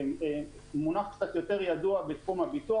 מונח קצת יותר ידוע בתחום הביטוח,